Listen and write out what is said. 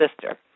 sister